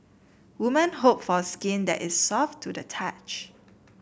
women hope for skin that is soft to the touch